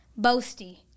Boasty